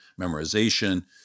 memorization